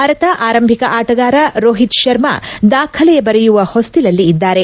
ಭಾರತದ ಆರಂಭಿಕ ಆಟಗಾರ ರೋಹಿತ್ ಶರ್ಮಾ ದಾಖಲೆಯ ಬರೆಯುವ ಹೊಸ್ತಿಲಲ್ಲಿ ಇದ್ದಾರೆ